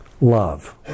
love